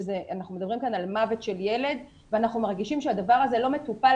אנחנו מדברים כאן על מוות של ילד ואנחנו מרגישים שהדבר הזה לא מטופל,